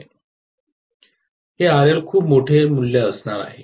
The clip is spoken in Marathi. हे RL खूप मोठे मूल्य असणार आहे